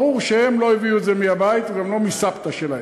ברור שהם לא הביאו את זה מהבית ולא מסבתא שלהם.